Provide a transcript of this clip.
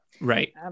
Right